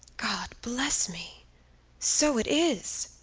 god bless me so it is,